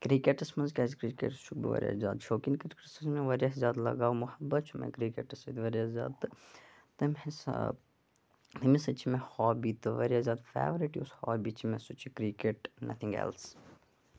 کرکٹَس مَنٛز کیازِ کرکٹ چھُس بہٕ واریاہ زیادٕ شوقین کرکٹَس سۭتۍ چھِ مےٚ واریاہ زیادٕ لَگاو محبَت چھُ مےٚ کرکٹَس سۭتۍ واریاہ زیادٕ تہٕ تمہِ حِساب امے سۭتۍ چھِ مےٚ ہابی تہٕ واریاہ زیادٕ فیورِٹ یُس ہابی چھِ مےٚ سُہ چھُ کرکٹ نَتھِنٛگ ایٚلس